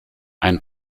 ein